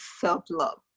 self-love